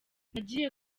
nagiye